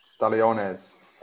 Stalliones